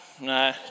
no